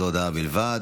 זו הודעה בלבד.